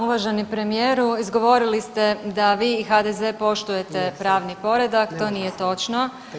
Uvaženi premijeru izgovorili ste da vi i HDZ poštujete pravni poredak, to nije točno.